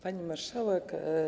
Pani Marszałek!